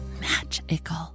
magical